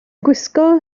gwisgo